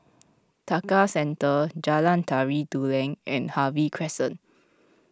Tekka Centre Jalan Tari Dulang and Harvey Crescent